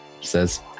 Says